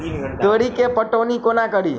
तोरी केँ पटौनी कोना कड़ी?